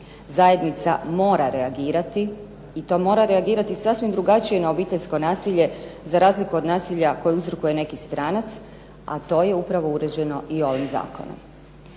Zajednica mora reagirati i to mora reagirati sasvim drugačije na obiteljsko nasilje, za razliku od nasilja koje uzrokuje neki stranac, a to je upravo uređeno i ovim zakonom.